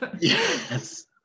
Yes